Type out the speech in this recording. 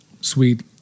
Sweet